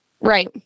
Right